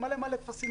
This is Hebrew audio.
תמלא טפסים,